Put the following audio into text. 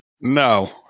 No